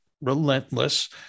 relentless